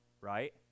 right